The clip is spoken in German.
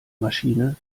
maschine